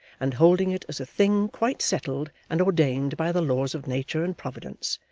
and holding it as a thing quite settled and ordained by the laws of nature and providence,